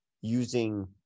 using